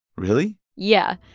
really? yeah.